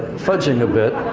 fudging a bit.